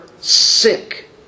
sick